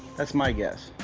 that's my guess.